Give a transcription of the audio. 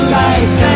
life